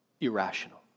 irrational